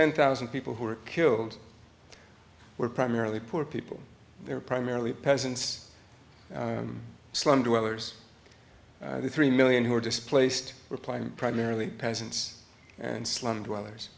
ten thousand people who were killed were primarily poor people there primarily peasants slum dwellers the three million who were displaced were playing primarily peasants and slum dwellers